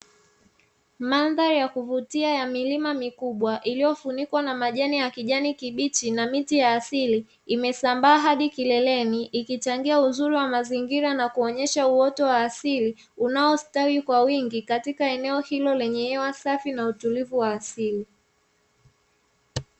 Mandhari ya kuvutia ya milima mikubwa iliyofunikwa na majani ya kijani kibichi na miti ya asili, imesambaa hadi kileleni ikichangia mazingira mazuri inayoonesha uoto wa asili unaostawi kwa wingi katika eneo lenye hewa safi na utulivu wa asili.